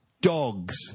Dogs